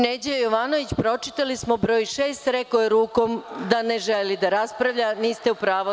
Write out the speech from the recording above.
Neđo Jovanović, pročitali smo broj 6, rekao je rukom da ne želi da raspravlja, niste u pravu.